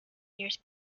ears